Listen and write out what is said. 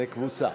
זה קבוצה.